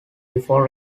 before